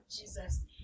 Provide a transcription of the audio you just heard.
Jesus